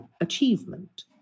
achievement